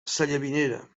sallavinera